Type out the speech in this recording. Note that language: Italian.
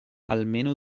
almeno